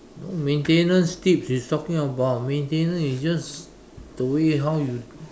no maintenance tips is talking about maintenance it's just the way how you